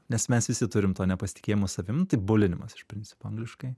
nes mes visi turim to nepasitikėjimo savim tai bulinimas iš principo angliškai